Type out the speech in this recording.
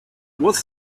was